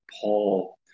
Paul